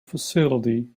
facility